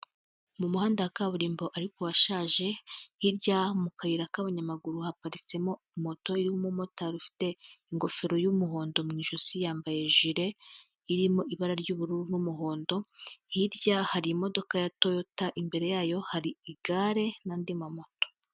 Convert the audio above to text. Mu muhanda wa kaburimbo ariko washaje hirya mu kayira k'abanyamaguru haparitsemo moto y'umumotari ufite ingofero y'umuhondo mu ijosi yambaye jile irimo ibara ry'uburu n'umuhondo hirya harimo ya toyota imbere yayo hari igare n'andi mamoto.